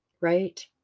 right